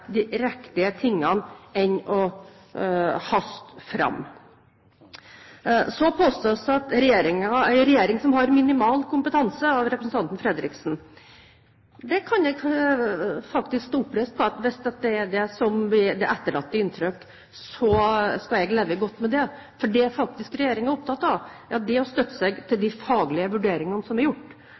de riktige tingene enn å haste videre. Så påstås det av representanten Fredriksen at det er en regjering som har «minimal kompetanse». Det kan jeg faktisk stå oppreist på – hvis det er det som blir det etterlatte inntrykk, skal jeg leve godt med det, for det regjeringen faktisk er opptatt av, er å støtte seg til de faglige vurderingene som er gjort,